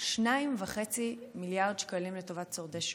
2.5 מיליארד שקלים לטובת שורדי שואה.